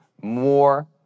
more